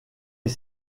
est